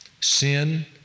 Sin